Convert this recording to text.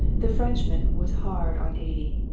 the french man was hard on eighty,